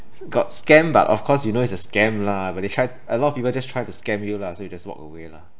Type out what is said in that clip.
got scam but of course you know it's a scam lah but they tried a lot of people just try to scam you lah so you just walk away lah